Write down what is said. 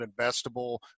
investable